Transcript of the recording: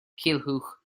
culhwch